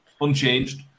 unchanged